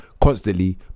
constantly